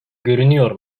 görünüyor